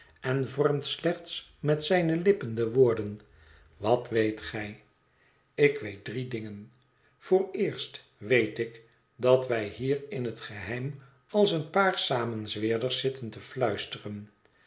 en vormt slechts met zijne lippen de woorden wat weet gij ik weet drie dingen vooreerst weet ik dat wij hier in het geheim als een paar samenzweerders zitten te fluisteren